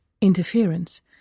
Interference